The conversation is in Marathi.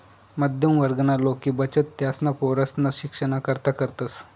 मध्यम वर्गना लोके बचत त्यासना पोरेसना शिक्षणना करता करतस